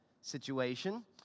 situation